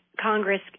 Congress –